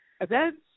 events